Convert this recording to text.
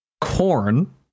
corn